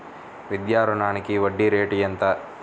విద్యా రుణానికి వడ్డీ రేటు ఎంత?